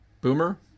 Boomer